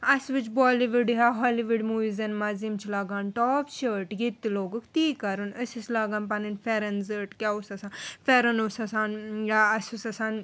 اسہِ وُچھ بالی وُڈ یا ہالی وُڈ موٗویٖزَن منٛز یِم چھِ لاگان ٹاپ شٲرٹ ییٚتہِ تہِ لوگُکھ تی کَرُن أسۍ ٲسۍ لاگان پَنٕنۍ پھیٚرَن زٔٹۍ کیٛاہ اوٗس آسان پھیٚرَن اوٗس آسان یا اسہِ اوٗس آسان